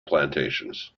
plantations